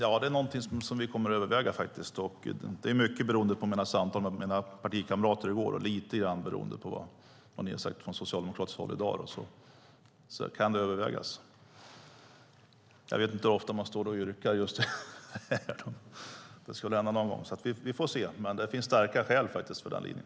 Herr talman! Ja, vi kommer att överväga det. Mycket beror på hur samtalet går med mina partikamrater och lite grann beror på vad ni från socialdemokratiskt håll har sagt i dag. Det kan alltså övervägas. Vi får se, men det finns starka skäl för den linjen.